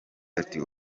ati